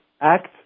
act